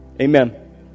Amen